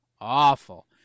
awful